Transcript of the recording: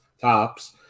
tops